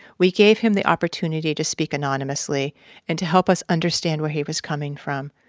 we gave him the opportunity to speak anonymously and to help us understand where he was coming from.